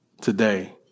today